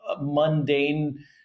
mundane